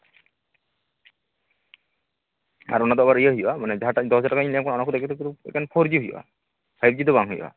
ᱟᱨ ᱚᱱᱟ ᱫᱚ ᱟᱵᱟᱨ ᱤᱭᱟᱹ ᱦᱩᱭᱩᱜᱼᱟ ᱢᱟᱱᱮ ᱡᱟᱸᱦᱟᱴᱟᱜ ᱫᱚᱥ ᱦᱟᱡᱟᱨ ᱴᱟᱠᱟᱧ ᱞᱟᱹᱭᱟᱢ ᱠᱟᱱᱟ ᱢᱟᱱᱮ ᱚᱱᱟᱠᱚᱫᱚ ᱮᱠᱮᱱ ᱯᱷᱳᱨᱡᱤ ᱦᱩᱭᱩᱜᱼᱟ ᱯᱷᱟᱭᱤᱵᱷᱡᱤ ᱫᱚ ᱵᱟᱝ ᱦᱩᱭᱩᱜᱼᱟ